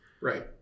Right